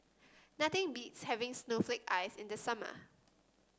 nothing beats having Snowflake Ice in the summer